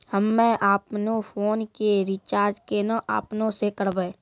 हम्मे आपनौ फोन के रीचार्ज केना आपनौ से करवै?